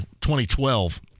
2012